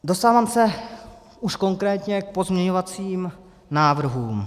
Dostávám se už konkrétně k pozměňovacím návrhům.